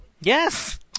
Yes